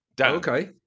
Okay